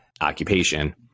occupation